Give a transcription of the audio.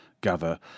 gather